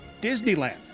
Disneyland